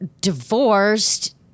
divorced